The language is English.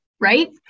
Right